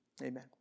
Amen